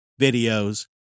videos